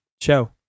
show